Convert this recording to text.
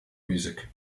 music